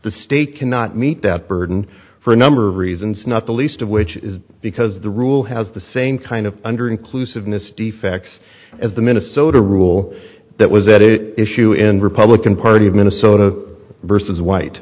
the state cannot meet that burden for a number of reasons not the least of which is because the rule has the same kind of under inclusiveness defects as the minnesota rule that was it is issue in republican party of minnesota versus white